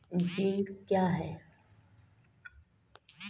Zinc क्या हैं?